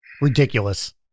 Ridiculous